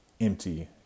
empty